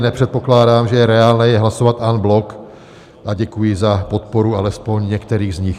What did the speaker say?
Nepředpokládám, že je reálné je hlasovat en bloc, a děkuji za podporu alespoň některých z nich.